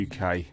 UK